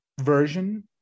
version